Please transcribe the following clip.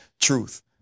truth